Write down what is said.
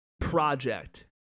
project